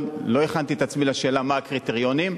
לא הכנתי את עצמי לשאלה מה הקריטריונים.